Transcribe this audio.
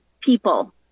people